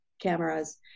cameras